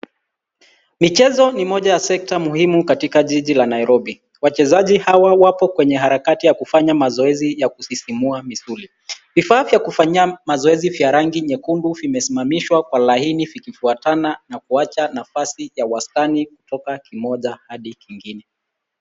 Michezo ni moja ya sekta muhimu katika jiji la Nairobi. Wachezaji hawa wapo kwenye harakati ya kufanyia mazoezi ya kusisimua misuli. Vifaa vya kufanya mazoezi vya rangi nyekundu vimesimamishwa kwa laini vikifuatana na kuacha nafasi ya wastani kutoka kimoja hadi kingine.